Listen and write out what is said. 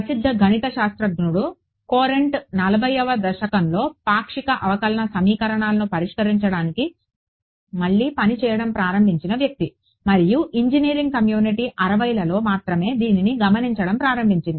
ప్రసిద్ధ గణిత శాస్త్రజ్ఞుడు కొరాంట్ 40వ దశకంలో పాక్షిక అవకలన సమీకరణాలను పరిష్కరించడానికి మళ్లీ పని చేయడం ప్రారంభించిన వ్యక్తి మరియు ఇంజినీరింగ్ కమ్యూనిటీ 60 లలో మాత్రమే దీనిని గమనించడం ప్రారంభించింది